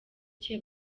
cye